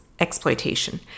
exploitation